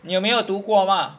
你有没有读过吗